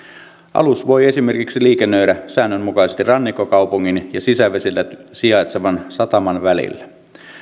alus voi esimerkiksi liikennöidä säännönmukaisesti rannikkokaupungin ja sisävesillä sijaitsevan sataman välillä